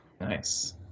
Nice